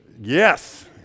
yes